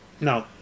No